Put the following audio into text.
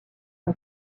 son